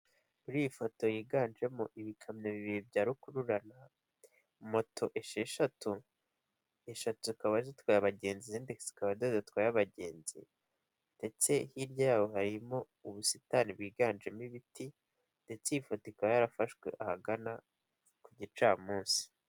Muri iyi foto higanjemo ibikamyo bibiri bya rukururana, moto esheshatu eshatu zikaba zitwaye vabagenzi izindi eshatu zikaba zidatwaye abagenzi, hiryayaho hari ubusitani bwiganjemo ibiti ndetse iyifoto kaba yarafashe mu gicamunsi.